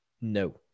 No